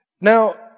Now